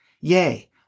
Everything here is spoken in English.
Yea